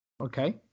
Okay